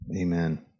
Amen